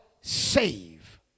save